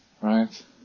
right